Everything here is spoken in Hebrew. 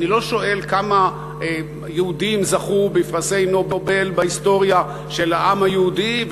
אני לא שואל כמה יהודים זכו בפרס נובל בהיסטוריה של העם היהודי,